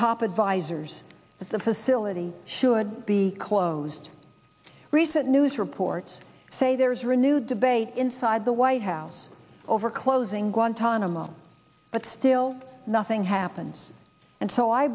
top advisors but the facility should be closed recent news reports say there's renewed debate inside the white house over closing guantanamo but still nothing happens and so i